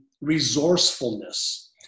resourcefulness